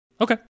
Okay